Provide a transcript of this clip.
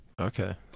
Okay